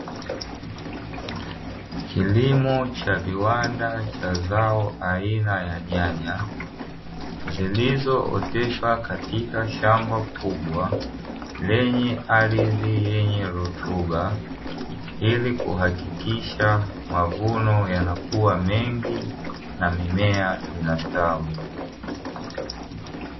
Kilimo cha viwanda cha zao aina ya nyanya zilizooteshwa katika shamba kubwa lenye ardhi yenye rutuba ili kuhakikisha mavuno yanakuwa mengi na mimea inastawi.